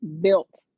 built